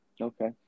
Okay